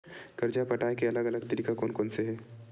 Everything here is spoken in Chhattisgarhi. कर्जा पटाये के अलग अलग तरीका कोन कोन से हे?